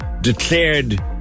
declared